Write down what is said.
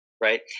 Right